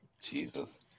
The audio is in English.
Jesus